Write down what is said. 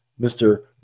Mr